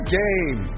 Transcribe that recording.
game